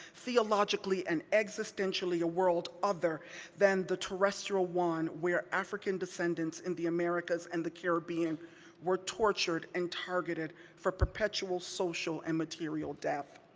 theologically and existentially, a world other than the terrestrial one where african descendants in the americas and the caribbean were tortured and targeted for perpetual social and material death.